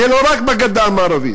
זה לא רק בגדה המערבית.